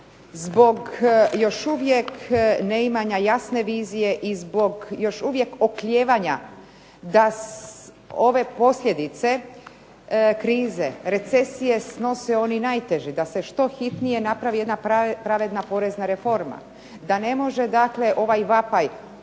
zbog još uvijek ne imanja jasne vizije i zbog još uvijek oklijevanja da ove posljedice krize recesije snosi oni najteži da se što hitnije napravi jedna pravedna porezna reforma, da ne može dakle ovaj vapaj oporezujte